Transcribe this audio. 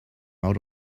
out